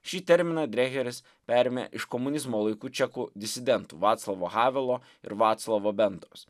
šį terminą dreheris perėmė iš komunizmo laikų čekų disidentų vaclavo havelo ir vaclovo bendos